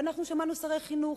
ואנחנו שמענו שרי חינוך,